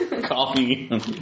Coffee